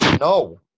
No